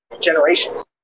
generations